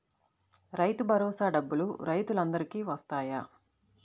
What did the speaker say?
రైతు భరోసా డబ్బులు రైతులు అందరికి వస్తాయా?